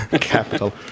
Capital